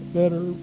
better